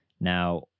now